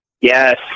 yes